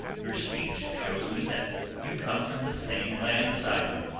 your speech shows me that you come from the same land as i do.